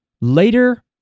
later